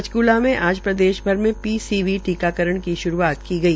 पंचकूला से आज प्रदेश भर में पीसीवी टीकाकरण की श्रूआत की गई